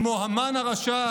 כמו המן הרשע,